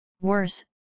Worse